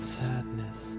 sadness